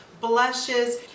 blushes